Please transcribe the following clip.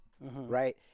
right